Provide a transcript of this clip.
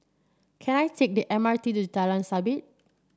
can I take the M R T to Jalan Sabit